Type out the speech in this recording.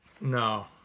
no